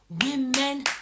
Women